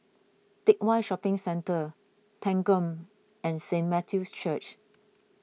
Teck Whye Shopping Centre Thanggam and Saint Matthew's Church